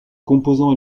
composant